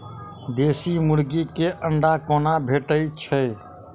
देसी मुर्गी केँ अंडा कोना भेटय छै?